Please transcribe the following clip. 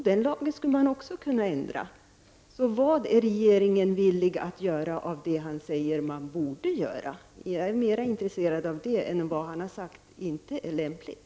Den lagen skulle man också kunna ändra. Jag är mera intresserad av det än vad han har sagt inte är lämpligt.